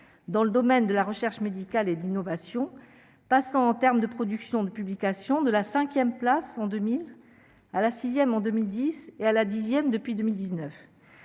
dans le domaine de la recherche médicale et d'innovation, passant en terme de production de publication de la 5ème place en 2000 à la 6ème en 2010 et à la dixième depuis 2019,